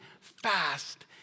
fast